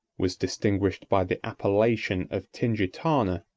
was distinguished by the appellation of tingitana,